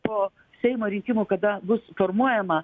po seimo rinkimų kada bus formuojama